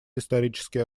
исторические